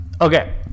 Okay